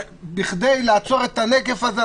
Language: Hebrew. בכדי לעצור את הנגיף הזה,